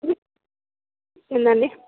ఏందండి